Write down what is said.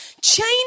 change